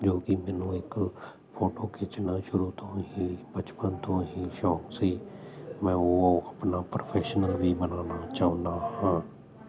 ਜੋ ਕਿ ਮੈਨੂੰ ਇੱਕ ਫੋਟੋ ਖਿੱਚਣਾ ਸ਼ੁਰੂ ਤੋਂ ਹੀ ਬਚਪਨ ਤੋਂ ਹੀ ਸ਼ੌਂਕ ਸੀ ਮੈਂ ਉਹ ਆਪਣਾ ਪ੍ਰੋਫੈਸ਼ਨਲ ਵੀ ਬਣਾਉਣਾ ਚਾਹੁੰਦਾ ਹਾਂ